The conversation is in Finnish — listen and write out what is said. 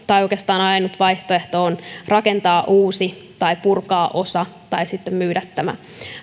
tai oikeastaan ainut vaihtoehto on rakentaa uusi tai purkaa osa tai sitten myydä tämä